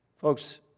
Folks